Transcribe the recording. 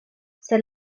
sed